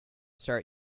start